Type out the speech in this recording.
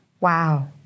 Wow